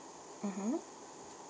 mmhmm